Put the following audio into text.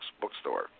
Bookstore